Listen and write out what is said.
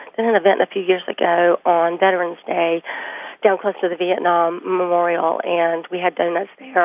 and an event a few years ago on veterans day down close to the vietnam memorial. and we had donuts there.